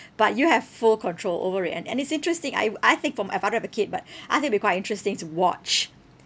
but you have full control over it and and it's interesting I uh I think from I don't have a kid but I think it'd be quite interesting to watch